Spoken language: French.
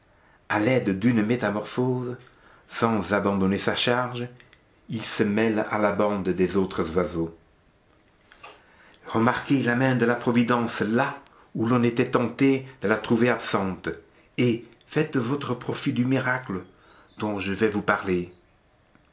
à l'aide d'une métamorphose sans abandonner sa charge il se mêle à la bande des autres oiseaux remarquez la main de la providence là où l'on était tenté de la trouver absente et faites votre profit du miracle dont je vais vous parler